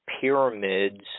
pyramids